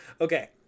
Okay